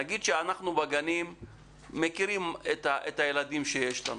נגיד שבגנים אנחנו מכירים את הילדים שיש לנו,